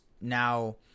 Now